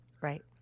Right